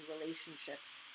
relationships